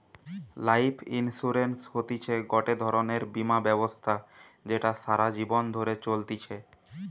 life insurance হতিছে গটে ধরণের বীমা ব্যবস্থা যেটা সারা জীবন ধরে চলতিছে